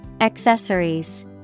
Accessories